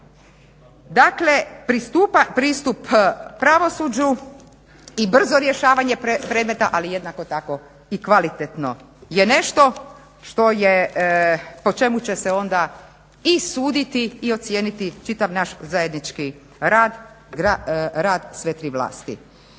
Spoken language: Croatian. Dakle, pristup pravosuđu i brzo rješavanje predmeta ali jednako tako i kvalitetno je nešto što je po čemu će se onda i suditi i ocijeniti čitav naš zajednički rad, rad sve tri vlasti.